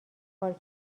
کار